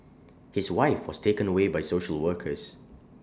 his wife was taken away by social workers